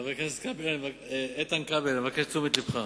חבר הכנסת כבל, אבקש את תשומת לבך.